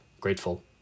grateful